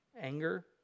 anger